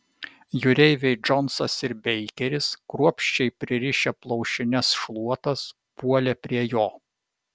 jūreiviai džonsas ir beikeris kruopščiai pririšę plaušines šluotas puolė prie jo